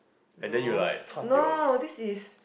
no no this is